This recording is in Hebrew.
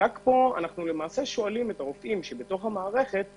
רק פה אנחנו שואלים את רופאי המערכת שאלה,